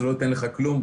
זה לא ייתן לך כלום,